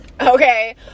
Okay